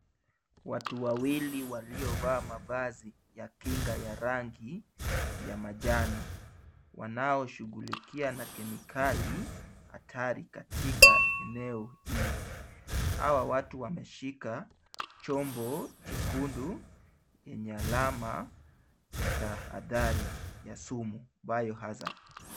Watu wawili waliovaa mavazi ya kinga ya rangi ya manjano, wanaoshughulikia na kemikali hatari katika eneo hii. Hawa watu wameshika chombo chekundu yenye alama ya tahathari ya sumu bio hazard .